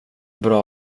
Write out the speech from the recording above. bra